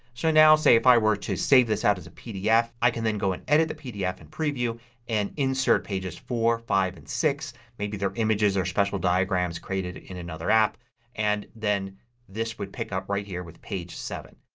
so now, say, if i were to save this out as a pdf i can then go and edit the pdf in preview and insert pages four, five, and six. maybe they are images or special diagrams created in another app and then this would pick up right here with page seven.